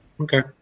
Okay